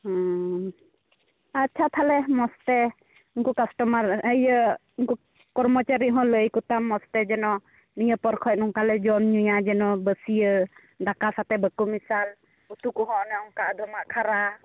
ᱦᱮᱸ ᱟᱪᱪᱷᱟ ᱛᱟᱦᱚᱞᱮ ᱢᱚᱡᱽᱛᱮ ᱩᱱᱠᱩ ᱠᱟᱥᱴᱚᱢᱟᱨ ᱤᱭᱟᱹ ᱩᱱᱠᱩ ᱠᱚᱨᱢᱚᱪᱟᱹᱨᱤ ᱦᱚᱸ ᱞᱟᱹᱭ ᱟᱠᱚᱛᱟᱢ ᱢᱚᱡᱽᱛᱮ ᱡᱮᱱᱚ ᱱᱤᱭᱟᱹᱯᱚᱨ ᱠᱷᱚᱡ ᱱᱚᱝᱠᱟ ᱞᱮ ᱡᱚᱢ ᱧᱩᱭᱟ ᱡᱮᱱᱚ ᱵᱟᱥᱠᱮ ᱫᱟᱠᱟ ᱥᱟᱣᱛᱮ ᱵᱟᱠᱚ ᱢᱮᱥᱟᱞ ᱩᱛᱩ ᱠᱚᱦᱚᱸ ᱚᱱᱮ ᱚᱱᱠᱟ ᱟᱫᱚᱢᱟᱜ ᱠᱷᱟᱨᱟ